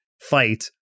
fight